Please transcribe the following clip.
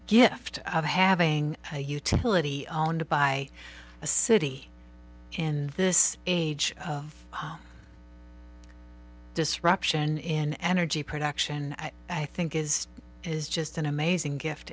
gift of having a utility owned by a city in this age of disruption in energy production i think is is just an amazing gift